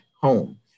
home